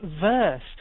verse